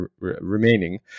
remaining